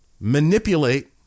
manipulate